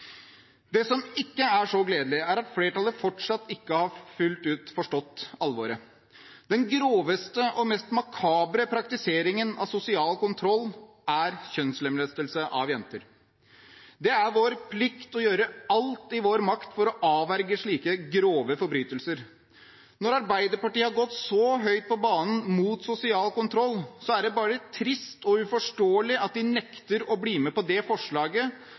Det som ikke er så gledelig, er at flertallet fortsatt ikke fullt ut har forstått alvoret. Den groveste og mest makabre praktiseringen av sosial kontroll er kjønnslemlestelse av jenter. Det er vår plikt å gjøre alt som er i vår makt for å avverge slike grove forbrytelser. Når Arbeiderpartiet har gått så høyt på banen mot sosial kontroll, er det bare trist og uforståelig at de nekter å bli med på det forslaget